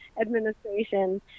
administration